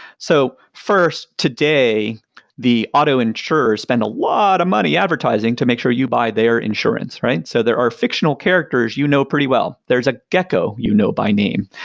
so first, today the auto insurer spend a lot of money advertising to make sure you buy their insurance, right? so there are fictional characters you know pretty well. there's a gecko you know by name.